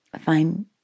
find